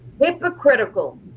hypocritical